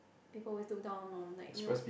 people always look down on like you know